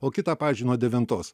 o kitą pavyzdžiui nuo devintos